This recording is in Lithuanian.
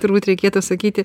turbūt reikėtų sakyti